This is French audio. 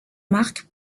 marc